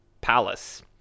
palace